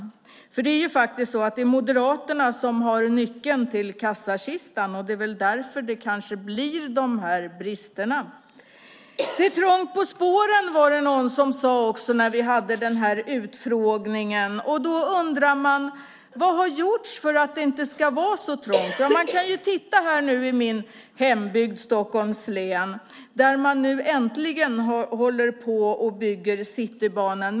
Det är faktiskt Moderaterna som har nyckeln till kassakistan. Det är kanske därför som det blir sådana här brister. Att det är trångt på spåren sade någon på den utfrågning vi hade. Men vad har gjorts för att det inte ska vara så trångt? I min hembygd, Stockholms län, håller man äntligen på med bygget av Citybanan.